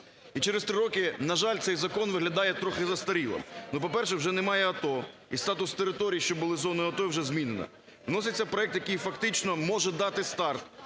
І через три роки, на жаль, цей закон виглядає трохи застарілим. Ну, по-перше, вже немає АТО і статус територій, що були зоною АТО вже змінено. Вноситься проект, який фактично може дати старт